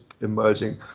emerging